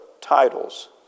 titles